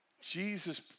Jesus